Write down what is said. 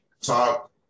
talk